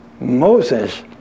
Moses